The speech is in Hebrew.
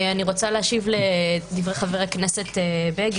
אני רוצה להשיב לדברי חבר הכנסת בגין.